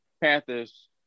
Panthers